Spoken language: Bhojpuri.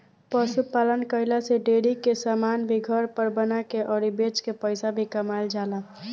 पशु पालन कईला से डेरी के समान भी घर पर बना के अउरी बेच के पईसा भी कमाईल जाला